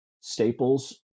Staples